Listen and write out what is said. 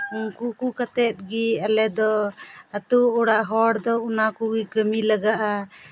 ᱩᱱᱠᱩ ᱠᱚ ᱠᱟᱛᱮᱫ ᱜᱮ ᱟᱞᱮ ᱫᱚ ᱟᱹᱛᱩ ᱚᱲᱟᱜ ᱦᱚᱲ ᱫᱚ ᱚᱱᱟ ᱠᱚᱜᱮ ᱠᱟᱹᱢᱤ ᱞᱟᱜᱟᱜᱼᱟ